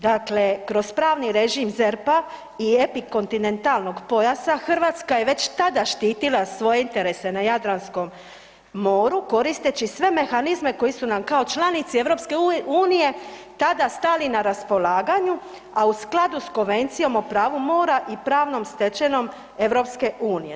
Dakle, kroz pravni režim ZERP-a i epikontinentalnog pojasa, Hrvatska je već tada štitila svoje interese na Jadranskom moru koristeći sve mehanizme koji su nam kao članici EU-a tada stali na raspolaganju a u skladu s Konvencijom o pravu moru i pravnom stečevinom EU-a.